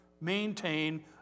maintain